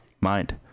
mind